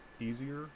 easier